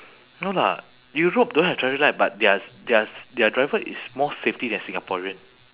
no lah europe don't have traffic light but their their driver is more safety than singaporean